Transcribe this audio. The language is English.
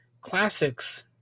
classics